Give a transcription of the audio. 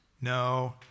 no